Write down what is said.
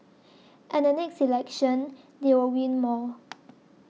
and the next election they will win more